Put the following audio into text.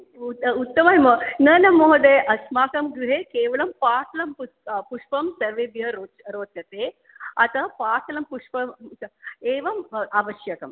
उत् उत्तमः न न महोदय अस्माकं गृहे केवलं पाटलं पुस् पुष्पं सर्वेभ्यः रोच् रोचते अतः पाटलं पुष्पं एवम् आवश्यकम्